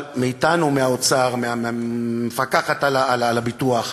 אבל מאתנו, מהאוצר, מהמפקחת על הביטוח,